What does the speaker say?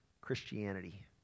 Christianity